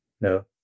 No